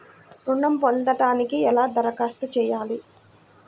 ఋణం పొందటానికి ఎలా దరఖాస్తు చేయాలి?